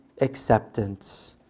acceptance